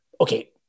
Okay